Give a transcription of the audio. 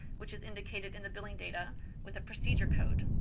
which is indicated in the billing data with a procedure code.